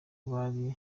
bari